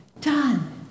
done